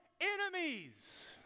enemies